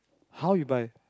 how you buy